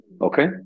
Okay